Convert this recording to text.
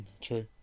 True